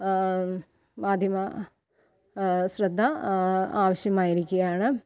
മാധ്യമ ശ്രദ്ധ ആവശ്യമായിരിക്കുകയാണ്